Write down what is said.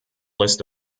list